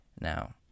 Now